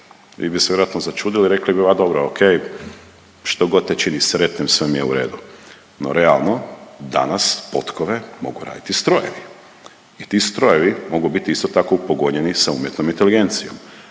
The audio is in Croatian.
vi bi se vjerojatno začudili i rekli bi a dobro ok štogod te čini sretnim sve mi je u redu. No, realno danas potkove mogu raditi strojevi i ti strojevi isto tako mogu biti upogonjeni sa umjetnom inteligencijom,